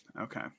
Okay